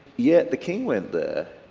yet the king went there.